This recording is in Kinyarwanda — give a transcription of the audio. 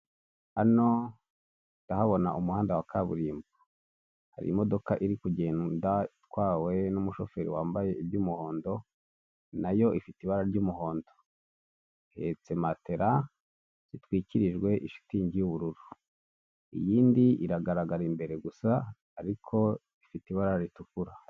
Hano ndahabona umuhanda wa kaburimbo, hari imodoka iri kugenda itwawe n'umushoferi wambaye iby'umuhondo, nayo ifite ibara ry'umuhondo, ihetse matera zitwikirijwe shitingi y'ubururu, iyindi iragaragara imbere gusa ariko ifite ibara ritukura.